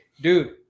dude